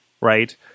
right